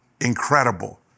incredible